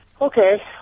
Okay